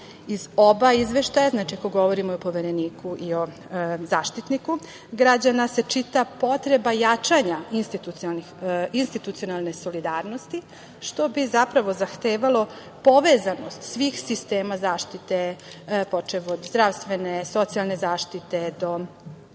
oba izveštaja, ako govorimo i o Povereniku i o Zaštitniku građana se čita potreba jačanja institucionalne solidarnosti, što bi zapravo zahtevalo povezanost svih sistema zaštite, počev od zdravstvene, socijalne zaštite, do